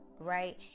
Right